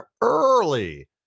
early